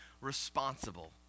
responsible